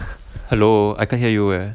hello I can't hear you eh